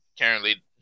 currently